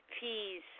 peas